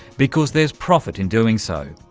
because there's profit in doing so.